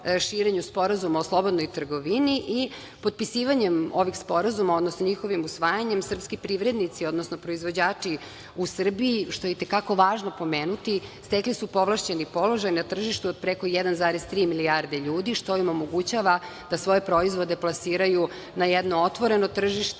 širenju sporazuma o slobodnoj trgovini. Potpisivanjem ovih sporazuma, odnosno njihovim usvajanjem, srpski privrednici, odnosno proizvođači u Srbiji, što je i te kako važno pomenuti, stekli su povlašćeni položaj na tržištu od preko 1,3 milijardi ljudi, što im omogućava da svoje proizvode plasiraju na jedno otvoreno tržište